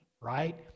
right